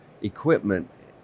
equipment